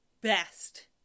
best